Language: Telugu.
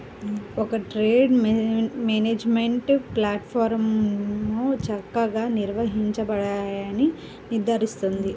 ఒక ట్రేడ్ మేనేజ్మెంట్ ప్లాట్ఫారమ్లో చక్కగా నిర్వహించబడతాయని నిర్ధారిస్తుంది